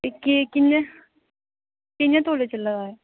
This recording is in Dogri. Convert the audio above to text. इक एह् कियां कियां तोले चला दा